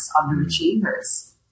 underachievers